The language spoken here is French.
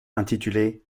intitulé